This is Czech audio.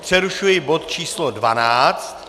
Přerušuji bod číslo 12.